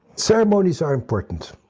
ceremonies are important.